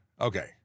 Okay